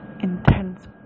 intense